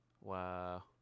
Wow